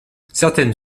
certaines